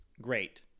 Great